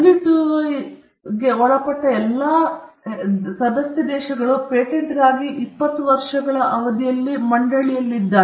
ಮತ್ತು WTO ನ ಎಲ್ಲಾ ಸದಸ್ಯರೂ ಹೆಚ್ಚಿನ ದೇಶಗಳು ಪೇಟೆಂಟ್ಗಾಗಿ 20 ವರ್ಷಗಳ ಅವಧಿಯಲ್ಲಿ ಮಂಡಳಿಯಲ್ಲಿದ್ದಾರೆ